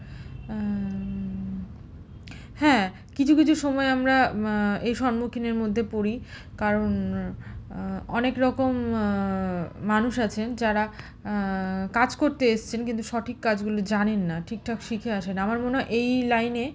হ্যাঁ কিছু কিছু সময় আমরা এই সম্মুখীনের মধ্যে পড়ি কারণ অনেক রকম মানুষ আছে যারা কাজ করতে এসছেন কিন্তু সঠিক কাজগুলি জানেন না ঠিকঠাক শিখে আসে না আমার মনে হয় এই লাইনে